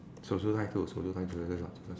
守株待兔 eh that's what just